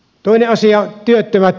toinen asia työttömät